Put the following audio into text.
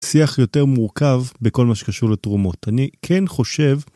שיח יותר מורכב בכל מה שקשור לתרומות, אני כן חושב